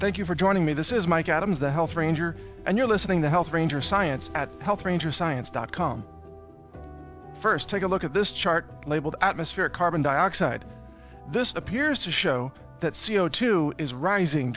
thank you for joining me this is mike adams the health ranger and you're listening to health ranger science at health ranger science dot com first take a look at this chart labeled atmospheric carbon dioxide this appears to show that c o two is rising